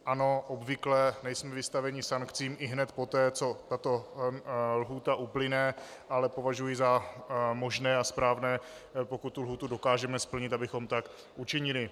Ano, obvykle nejsme vystaveni sankcím ihned poté, co tato lhůta uplyne, ale považuji za možné a správné, pokud tu lhůtu dokážeme splnit, abychom tak učinili.